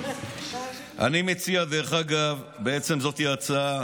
אני מציע, בעצם זאת ההצעה